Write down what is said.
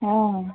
ହଁ